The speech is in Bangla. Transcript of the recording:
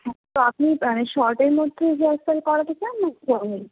আচ্ছা তো আপনি মানে শর্টের মধ্যে হেয়ার স্টাইল করাতে চান না কি লংয়ে